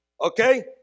okay